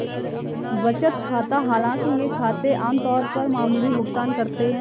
बचत खाता हालांकि ये खाते आम तौर पर मामूली भुगतान करते है